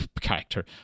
character